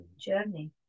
journey